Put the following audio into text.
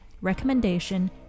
recommendation